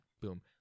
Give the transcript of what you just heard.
boom